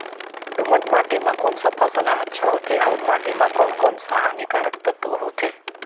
दोमट माटी मां कोन सा फसल ह अच्छा होथे अउर माटी म कोन कोन स हानिकारक तत्व होथे?